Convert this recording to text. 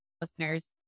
listeners